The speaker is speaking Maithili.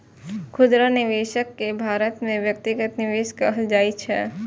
खुदरा निवेशक कें भारत मे व्यक्तिगत निवेशक कहल जाइ छै